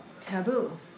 taboo